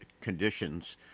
conditions